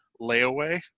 layaway